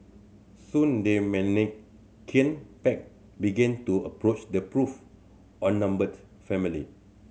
soon the menacing pack began to approach the poor outnumbered family